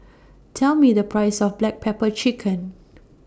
Tell Me The Price of Black Pepper Chicken